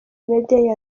media